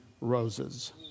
roses